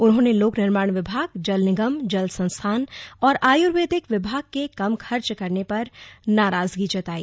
उन्होंने लोक निर्माण विभाग जल निगम जल संस्थान और आयुर्वेदिक विभाग के कम खर्च करने पर नाराजगी जताई